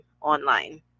online